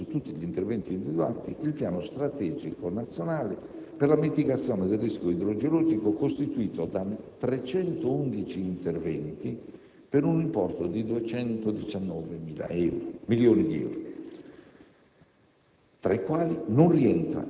con l'intesa formale delle Regioni su tutti gli interventi individuati, il piano strategico nazionale per la mitigazione del rischio idrogeologico, costituito da n. 311 interventi per un importo di circa 220 milioni di euro,